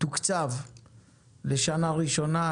תוקצב לשנה ראשונה.